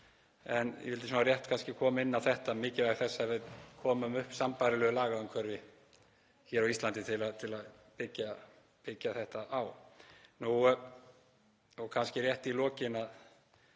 En ég vildi rétt koma inn á þetta, mikilvægi þess að við komum upp sambærilegu lagaumhverfi hér á Íslandi til að byggja þetta á. Kannski rétt í lokin